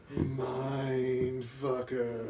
Mindfucker